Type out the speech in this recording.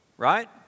Right